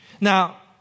Now